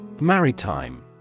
Maritime